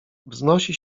wznosi